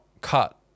cut